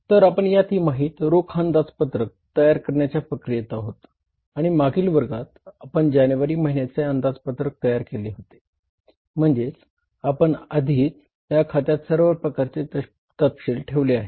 तर आपण या तिमाहीत रोख अंदाजपत्रक तयार करण्याच्या प्रक्रियेत आहोत आणि मागील वर्गात आपण जानेवारी महिन्याचे अंदाजपत्रक तयार केले होते म्हणजे आपण आधीच या खात्यात सर्व प्रकारचे तपशील ठेवले होते